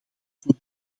voor